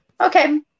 okay